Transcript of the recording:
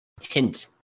Hint